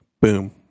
Boom